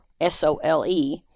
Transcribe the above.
S-O-L-E